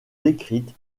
décrite